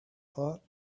thought